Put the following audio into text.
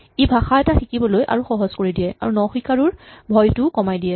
ই ভাষা এটা শিকিবলৈ আৰু সহজ কৰি দিয়ে আৰু নশিকাৰুৰ ভয়টো কমাই দিয়ে